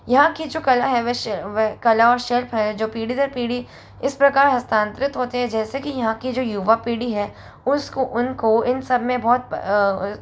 यहाँ की जो कला है वे कला और सर्प है जो पीढ़ी दर पीढ़ी इस प्रकार हस्तांतरित होते है जैसे कि यहाँ के जो युवा पीढ़ी है उसको उनको इन सब में बहुत